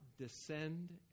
descend